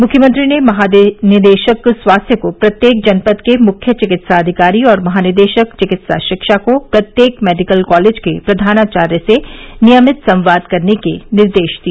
मुख्यमंत्री ने महानिदेशक स्वास्थ्य को प्रत्येक जनपद के मुख्य चिकित्साधिकारी और महानिदेशक चिकित्सा शिक्षा को प्रत्येक मेडिकल कॉलेज के प्रधानाचार्य से नियमित संवाद करने के निर्देश दिए